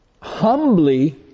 humbly